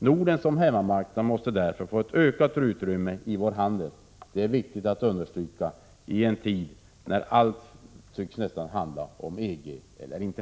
Norden som hemmamarknad måste därför få ökat utrymme i vår handel. Det är viktigt att understryka i en tid när nästan allt tycks handla om EG eller inte.